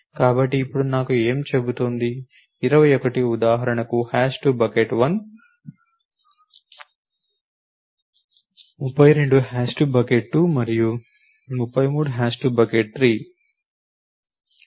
కాబట్టి ఇప్పుడు నాకు ఏమి చెబుతోంది 21 ఉదాహరణకు బకెట్ 1 కి హ్యాష్ చేస్తుంది 32 బకెట్ 2 కి హ్యాష్ చేస్తుంది మరియు 33 బకెట్ 3 కి హ్యాష్ చేస్తుంది